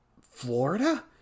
Florida